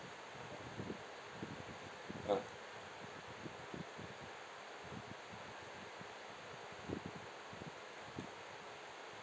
ah